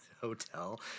hotel